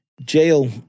jail